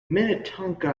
minnetonka